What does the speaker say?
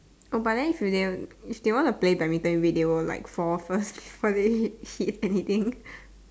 oh but then if you dare only if they want to play badminton wait they will like fall first funny hit anything